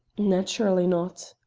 naturally not.